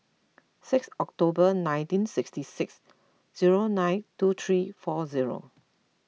six October nineteen sixty six zero nine two three four zero